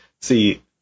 see